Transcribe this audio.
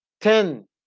ten